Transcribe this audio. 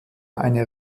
eine